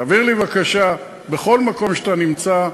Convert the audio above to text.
תעביר לי בבקשה, בכל מקום שאתה נמצא,